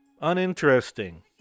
Uninteresting